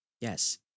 Yes